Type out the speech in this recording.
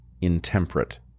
intemperate